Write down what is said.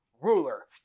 ruler